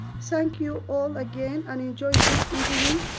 thank you all again and enjoy this evening.